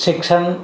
શિક્ષણ